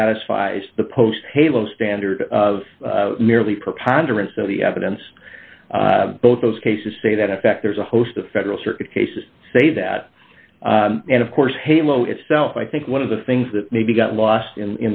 satisfies the post halo standard of merely preponderance of the evidence both those cases say that in fact there's a host of federal circuit cases say that and of course halo itself i think one of the things that maybe got lost in